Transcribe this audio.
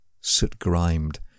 soot-grimed